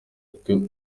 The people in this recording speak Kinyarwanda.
uko